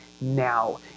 now